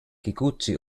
kikuchi